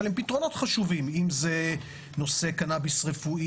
אבל הם פתרונות חשובים בנושא קנאביס רפואי.